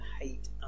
hate